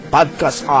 Podcast